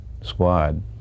squad